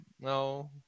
No